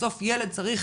בסוף ילד צריך